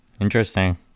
Interesting